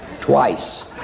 Twice